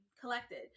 collected